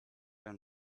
and